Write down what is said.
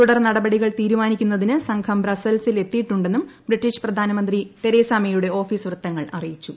തുടർ നടപടികൾ തീരുമാനിക്കുന്നതിന് എത്തിയിട്ടുണ്ടെന്നും ബ്രിട്ടീഷ് പ്രധാനമന്ത്രി തെരേസ മേയുടെ ഓഫീസ് വൃത്തങ്ങൾ അറിയിച്ചു